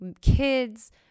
kids